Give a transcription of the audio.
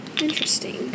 Interesting